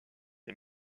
les